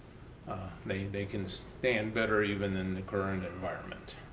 ah they they can stand better even in the current and environment.